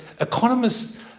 economists